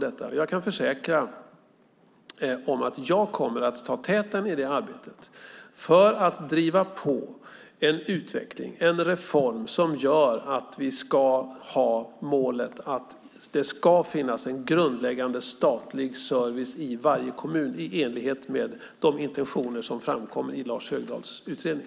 Jag kan försäkra att jag kommer att ta täten i arbetet för att driva på en utveckling, en reform, med målet att det ska finnas grundläggande statlig service i varje kommun i enlighet med de intentioner som framkom i Lars Högdahls utredning.